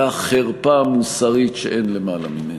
היה חרפה מוסרית שאין למעלה ממנה.